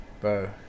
bro